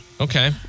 Okay